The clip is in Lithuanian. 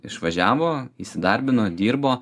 išvažiavo įsidarbino dirbo